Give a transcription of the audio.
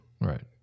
Right